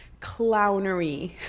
clownery